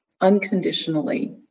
unconditionally